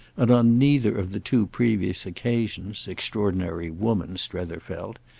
and on neither of the two previous occasions, extraordinary woman, strether felt,